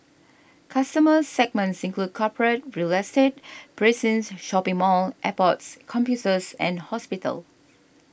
customer segments include corporate real estate precincts shopping malls airports campuses and hospitals